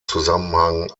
zusammenhang